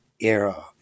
era